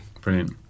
Brilliant